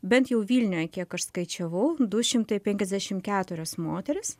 bent jau vilniuje kiek aš skaičiavau du šimtai penkiasdešim keturios moterys